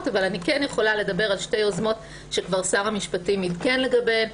אבל אני כן יכולה לדבר על שתי יוזמות ששר המשפטים כבר עדכן לגביהן.